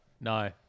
No